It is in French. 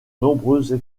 nombreuses